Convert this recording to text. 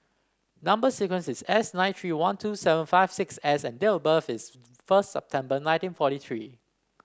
number sequence is S nine three one two seven five six S and date of birth is first September nineteen forty three